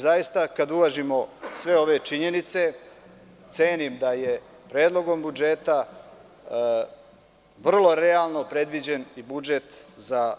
Zaista, kada uvažimo sve ove činjenice, cenim da je Predlogom budžeta vrlo realno predviđen i budžet za